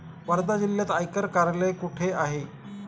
वर्धा जिल्ह्यात आयकर कार्यालय कुठे आहे?